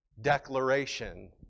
declaration